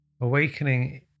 Awakening